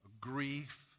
grief